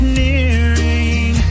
nearing